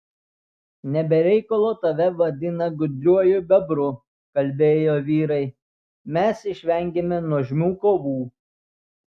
ne be reikalo tave vadina gudriuoju bebru kalbėjo vyrai mes išvengėme nuožmių kovų